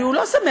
הוא לא שמח,